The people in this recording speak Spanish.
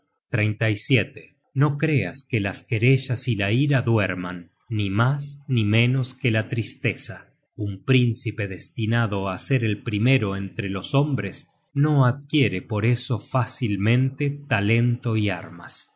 apaciguado con oro no creas que las querellas y la ira duerman ni mas ni menos que la tristeza un príncipe destinado á ser el primero entre los hombres no adquiere por eso fácilmente talento y armas